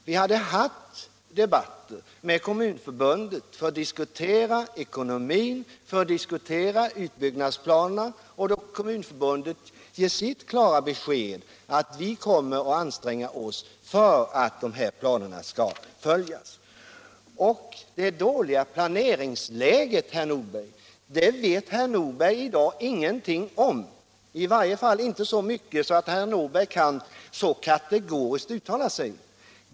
Vi hade haft överläggning med Kommunförbundet för att diskutera ekonomin, för att diskutera utbyggnadsplanerna —- och Kommunförbundet hade gett sitt klara besked: Vi kommer att anstränga oss för att de här planerna skall fullföljas. Det dåliga planeringsläget vet herr Nordberg ingenting om — i varje fall inte så mycket att han kan uttala sig så kategoriskt som han gjort här.